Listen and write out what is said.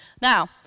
Now